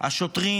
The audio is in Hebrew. השוטרים,